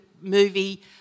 movie